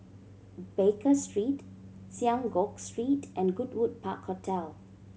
Baker Street Synagogue Street and Goodwood Park Hotel